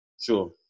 Sure